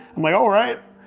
i'm like, alright.